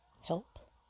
help